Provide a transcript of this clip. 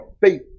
faith